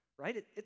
right